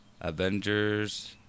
Avengers